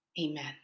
amen